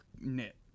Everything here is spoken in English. knit